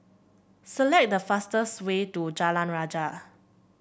select the fastest way to Jalan Rajah